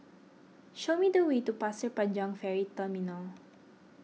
show me the way to Pasir Panjang Ferry Terminal